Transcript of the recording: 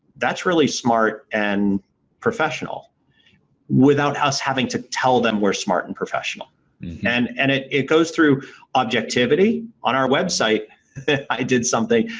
that's really smart and professional without us having to tell them we're smart and professional and and it it goes through objectivity on our website that i did something.